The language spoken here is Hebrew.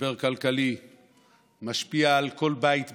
משבר כלכלי שמשפיע על כל בית בישראל.